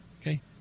Okay